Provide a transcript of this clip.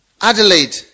Adelaide